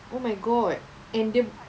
oh my god and the